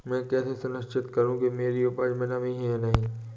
मैं कैसे सुनिश्चित करूँ कि मेरी उपज में नमी है या नहीं है?